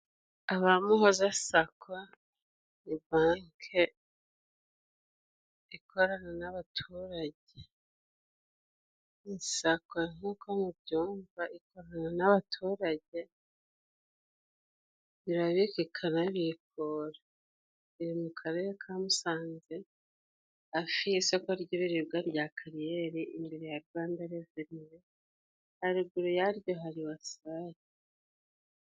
Abamuhoza Sako ni banki ikorana n'abaturage. Iyi sako nk'uko mubyumva, ikorana n'abaturage. Irabika ikanabikura. Iri mu Karere ka Musanze hafi y'isoko ry'ibiribwa rya Kariyeri, imbere ya Rwanda reveni. Haruguru yayo hari wosake.